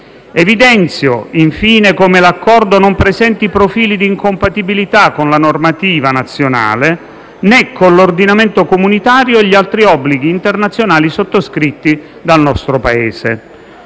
Evidenzio, infine, come l'Accordo non presenti profili di incompatibilità con la normativa nazionale, né con l'ordinamento comunitario e gli altri obblighi internazionali sottoscritti dal nostro Paese.